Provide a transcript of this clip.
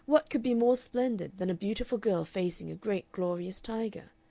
what could be more splendid than a beautiful girl facing a great, glorious tiger?